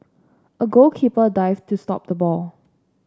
a goalkeeper dived to stop the ball